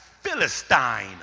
Philistine